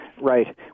Right